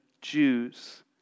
Jews